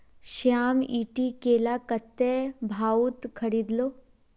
श्याम ईटी केला कत्ते भाउत खरीद लो